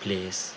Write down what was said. place